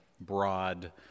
broad